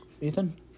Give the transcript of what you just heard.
Ethan